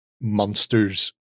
monsters